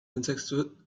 unsuccessful